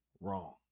wrong